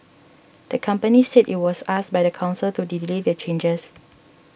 the company said it was asked by the council to delay the changes